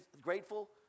grateful